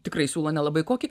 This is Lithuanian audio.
tikrai siūlo nelabai kokį